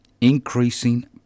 increasing